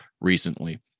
recently